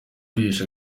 kwihesha